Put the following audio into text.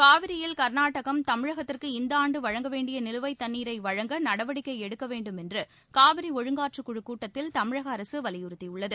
காவிரியில் கர்நாடகம் தமிழகத்திற்கு இந்த ஆண்டு வழங்க வேண்டிய நிலுவைத் தண்ணீரை வழங்க நடவடிக்கை எடுக்க வேண்டும் என்று காவிரி ஒழுங்காற்றக் குழுக் கூட்டத்தில் தமிழக அரசு வலிபுறுத்தியுள்ளது